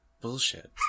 Bullshit